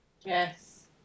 yes